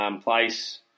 place